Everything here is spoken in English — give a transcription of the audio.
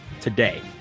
today